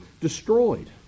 destroyed